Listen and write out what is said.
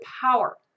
power